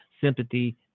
sympathy